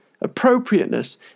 appropriateness